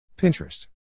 Pinterest